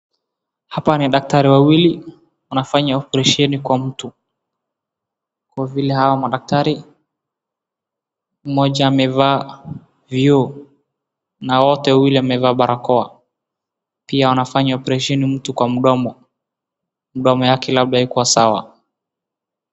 Hapa ni daktari wawili wanafanya operesheni kwa mtu. Kwa vile hawa madaktari, mmoja amevaa vioo na wote wawili wamevaa barakoa. Pia wanafanya operesheni mtu kwa mdomo. Mdomo yake labda haikuwa sawa.